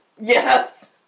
Yes